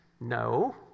No